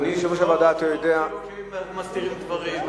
שאנחנו מסתירים דברים.